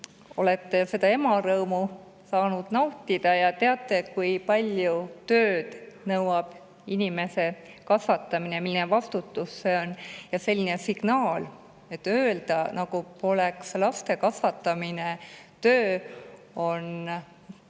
oleme seda emarõõmu saanud nautida ja teame, kui palju tööd nõuab inimese kasvatamine ja milline vastutus see on. Selline signaal, nagu poleks laste kasvatamine töö, on